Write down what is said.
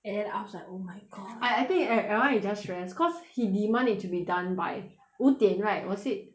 and then I was like oh my god I I think eve~ everyone is just stress cause he demand it to be done by 五点 right was it